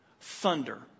thunder